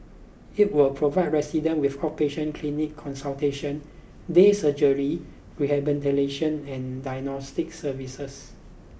it will provide resident with outpatient clinic consultation day surgery rehabilitation and diagnostic services